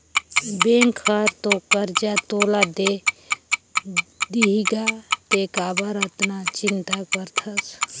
bank हर तो करजा तोला दे देहीगा तें काबर अतना चिंता करथस